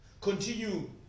Continue